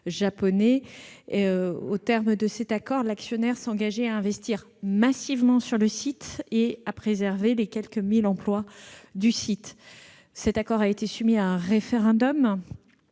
japonais. Aux termes de cet accord, l'actionnaire s'engageait à investir massivement sur le site et à préserver les quelque 1 000 emplois du site. Cet accord a été soumis à un référendum